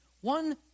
one